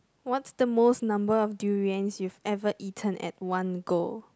what's the most number of durians you have ever eaten at one go